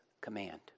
command